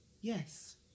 Yes